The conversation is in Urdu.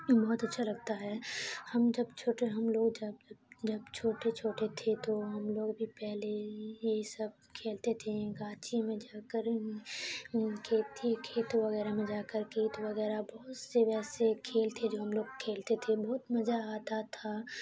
بہت اچھا لگتا ہے ہم جب چھوٹے ہم لوگ جب جب چھوٹے چھوٹے تھے تو ہم لوگ بھی پہلے یہی سب کھیلتے تھیں گاچھی میں جا کر کھیتی کھیت وغیرہ میں جا کر کھیت وغیرہ بہت سے ویسے کھیل تھے جو ہم لوگ کھیلتے تھے بہت مزہ آتا تھا